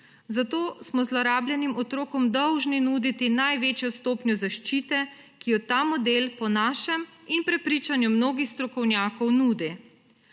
Zato smo zlorabljenim otrokom dolžni nuditi največjo stopnjo zaščite, ki jo ta model po našem in prepričanju mnogih strokovnjakov nudi.